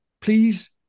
please